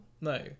No